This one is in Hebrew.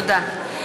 תודה.